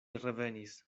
revenis